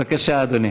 בבקשה, אדוני.